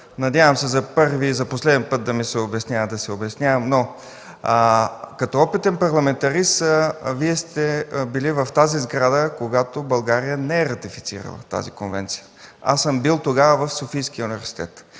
Надявам се за първи и за последен път да се обяснявам. Като опитен парламентарист Вие сте били в тази сграда, когато България не е ратифицирала тази конвенция. Тогава съм бил в Софийския университет